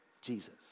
Jesus